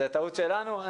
אז זו טעות שלנו.